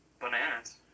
bananas